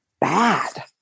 bad